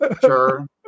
Sure